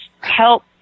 help